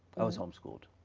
i was homeschooled.